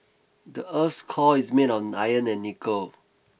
the earth's core is made of iron and nickel